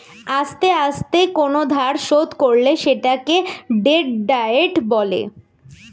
আস্তে আস্তে কোন ধার শোধ করলে সেটাকে ডেট ডায়েট বলে